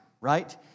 right